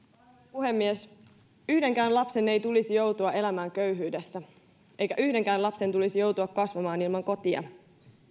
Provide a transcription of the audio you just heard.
puhemies yhdenkään lapsen ei tulisi joutua elämään köyhyydessä eikä yhdenkään lapsen tulisi joutua kasvamaan ilman kotia